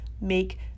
make